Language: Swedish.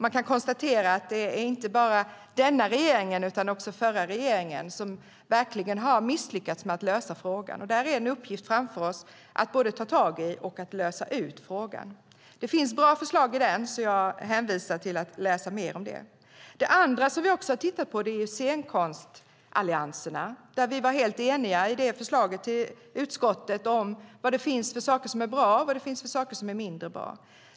Man kan konstatera att inte bara denna regering utan också förra regeringen verkligen har misslyckats med att lösa frågan. Det är en uppgift framför oss att ta tag i för att lösa ut frågan. Det finns bra förslag i utvärderingen, och jag hänvisar till att läsa mer om det. Det andra som vi har tittat på är scenkonstallianserna. Där var vi helt eniga i förslaget i utskottet om vad som är bra och vad som är mindre bra.